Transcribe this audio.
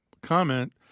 comment